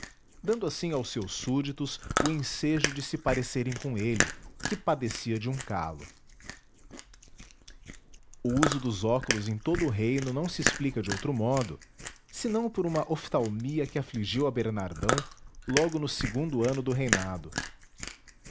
dando assim aos seus súbditos o ensejo de se parecerem com ele que padecia de um calo o uso dos óculos em todo o reino não se explica de outro modo senão por uma oftalmia que afligiu a bernardão logo no segundo ano do reinado